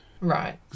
Right